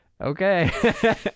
okay